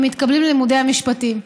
והם מתקבלים ללימודי המשפטים.